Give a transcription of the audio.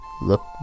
look